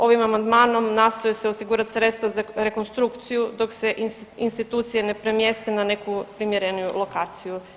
Ovim amandmanom nastoje se osigurati sredstva za rekonstrukciju dok se institucije ne premjeste na neku primjerenu lokaciju.